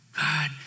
God